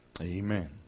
Amen